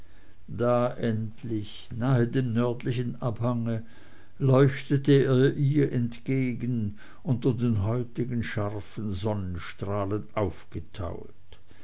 da endlich nahe dem nördlichen abhange leuchtete er ihr entgegen unter den heutigen scharfen sonnenstrahlen aufgetaut